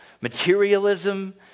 materialism